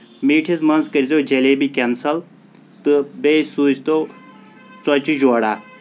میٖٹِھس منٛز کٔرزیٚو جیٚلیبی کیٚنٛسل تہٕ بیٚیہِ سوٗزتو ژۄچہِ جورہ